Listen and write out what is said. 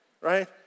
right